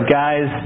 guys